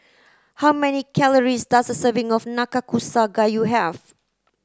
how many calories does a serving of Nanakusa Gayu have